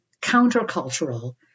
counter-cultural